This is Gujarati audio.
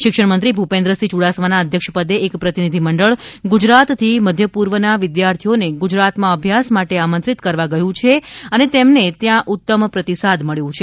શિક્ષણમંત્રી ભુપેન્દ્રસિંહ યુડાસમાનાં અધ્યક્ષપદે એક પ્રતિનિધિમંડલ ગુજરાત થી મધ્યપૂર્વ ના વિદ્યાર્થીઓ ને ગુજરાત માં અભ્યાસ માટે આમંત્રિત કરવા ગયું છે અને તેમણે ત્યાં ઉત્તમ પ્રતિસાદ મળ્યો છે